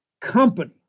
company